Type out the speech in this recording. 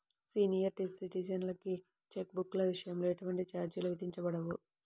senior సిటిజన్లకి check బుక్ల విషయంలో ఎటువంటి ఛార్జీలు విధించబడవు